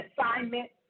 assignment